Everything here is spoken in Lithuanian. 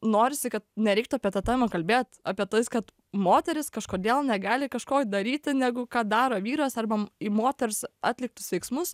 norisi kad nereiktų apie tą temą kalbėt apie tas kad moteris kažkodėl negali kažko daryti negu ką daro vyras arba į moters atliktus veiksmus